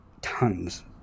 tons